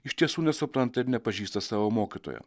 iš tiesų nesupranta ir nepažįsta savo mokytojo